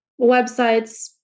websites